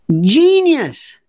Genius